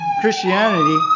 Christianity